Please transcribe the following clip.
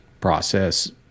process